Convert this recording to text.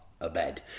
abed